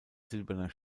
silberner